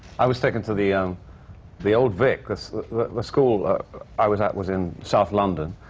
i was taken to the the old vic, because the the school i was at was in south london.